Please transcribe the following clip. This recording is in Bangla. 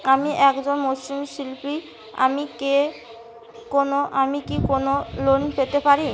আমি একজন মৃৎ শিল্পী আমি কি কোন লোন পেতে পারি?